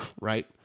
right